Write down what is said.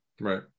Right